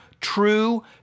true